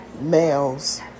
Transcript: males